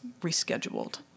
rescheduled